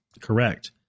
correct